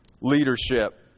leadership